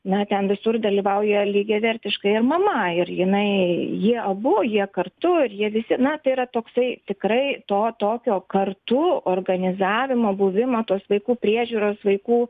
na ten visur dalyvauja lygiavertiškai ir mama ir jinai jie abu jie kartu ir jie visi na tai yra toksai tikrai to tokio kartu organizavimo buvimo tos vaikų priežiūros vaikų